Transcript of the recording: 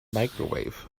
microwave